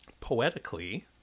poetically